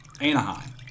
Anaheim